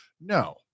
No